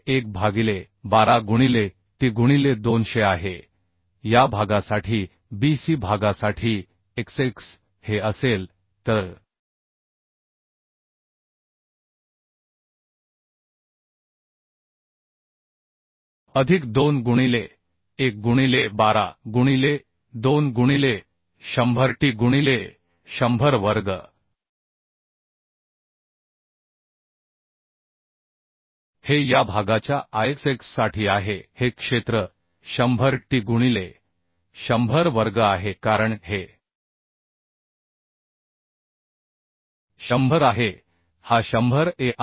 जे 1 भागिले 12 गुणिले t गुणिले 200 आहे या भागासाठी BC भागासाठी Ixx हे असेल तर अधिक 2 गुणिले 1 गुणिले 12 गुणिले 2 गुणिले 100t गुणिले 100 वर्ग हे या भागाच्या आयएक्सएक्ससाठी आहे हे क्षेत्र 100 टी गुणिले 100 वर्ग आहे कारण हे 100 आहे हा 100 ए